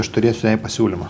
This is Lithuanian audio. aš turėsiu jai pasiūlymą